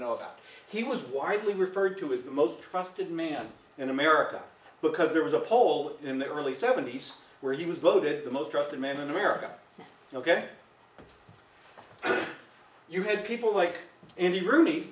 about he was widely referred to as the most trusted man in america because there was a poll in the early seventy's where he was voted the most trusted man in america ok you had people like andy rooney